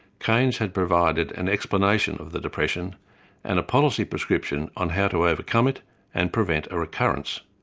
keynes had provided an explanation of the depression and a policy prescription on how to overcome it and prevent a recurrence.